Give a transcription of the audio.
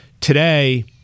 Today